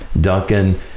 duncan